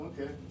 Okay